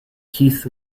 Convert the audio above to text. heath